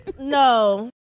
No